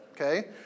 okay